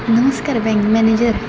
नमस्कार bank manager